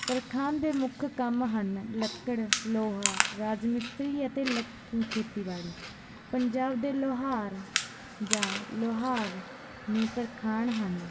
ਤਰਖਾਣ ਦੇ ਮੁੱਖ ਕੰਮ ਹਨ ਲੱਕੜ ਲੋਹਾ ਰਾਜ ਮਿਸਤਰੀ ਅਤੇ ਲਕ ਖੇਤੀਬਾੜੀ ਪੰਜਾਬ ਦੇ ਲੁਹਾਰ ਜਾਂ ਲੁਹਾਰ ਨੂੰ ਤਰਖਾਣ ਹਨ